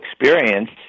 experience